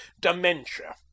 dementia